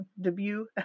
debut